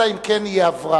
אלא אם כן היא עברה.